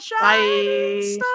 Bye